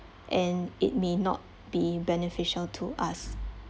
and it may not be beneficial to us